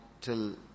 till